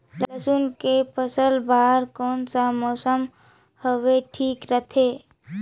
लसुन के फसल बार कोन सा मौसम हवे ठीक रथे?